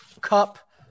cup